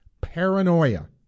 paranoia